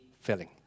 filling